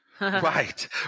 Right